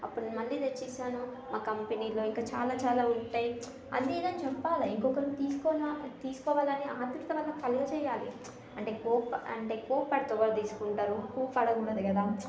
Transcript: అప్పుడు మళ్ళీ తెచ్చిస్తాను మా కంపెనీలో ఇంకా చాలా చాలా ఉంటాయి అది ఇది అని చెప్పాలి ఇంకొకరు తీసుకోవాలి అని ఆత్రుత వాళ్ళకి కలుగజెయ్యాలి అంటే అంటే కోప్పడితే ఎవరు తీసుకుంటారు కోప్పడకూడదు కదా